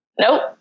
Nope